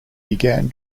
began